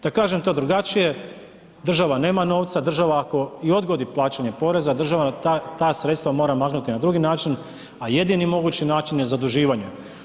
Da kažem to drugačije, država nema novca, država ako i odgodi plaćanje poreza, država ta sredstva mora namaknuti na drugi način a jedini mogu način je zaduživanje.